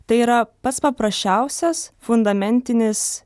tai yra pats paprasčiausias fundamentinis